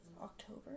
October